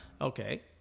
Okay